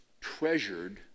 treasured